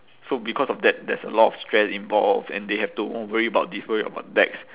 so because of that there's a lot of stress involved and they have to worry about this about debts